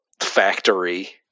factory